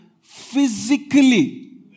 physically